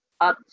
up